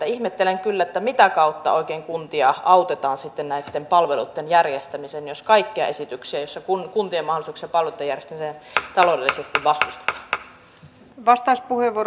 ihmettelen kyllä mitä kautta oikein kuntia autetaan sitten näitten palveluitten järjestämisessä jos kaikkia esityksiä kuntien taloudellisista mahdollisuuksista palveluitten järjestämiseen vastustetaan